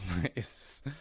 nice